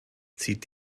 zieht